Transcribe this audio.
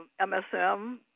MSM